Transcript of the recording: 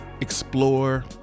explore